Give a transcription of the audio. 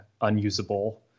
unusable